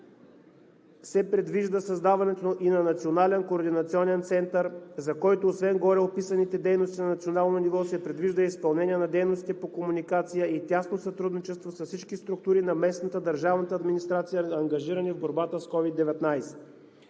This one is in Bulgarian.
се предвижда създаването и на Национален координационен център, за който, освен гореописаните дейности на национално ниво, се предвижда и изпълнение на дейностите по комуникация и тясно сътрудничество с всички структури на местната и държавната администрация, ангажирани в борбата с COVID-19.